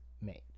made